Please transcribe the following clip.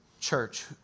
church